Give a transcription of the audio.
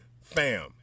Fam